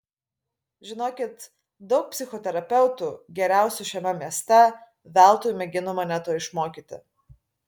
žinokit daug psichoterapeutų geriausių šiame mieste veltui mėgino mane to išmokyti